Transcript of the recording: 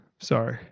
Sorry